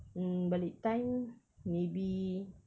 mm balik time maybe